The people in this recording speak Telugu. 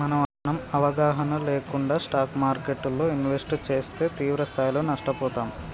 మనం అవగాహన లేకుండా స్టాక్ మార్కెట్టులో ఇన్వెస్ట్ చేస్తే తీవ్రస్థాయిలో నష్టపోతాం